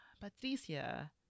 Patricia